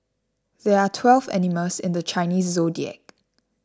there are twelve animals in the Chinese zodiac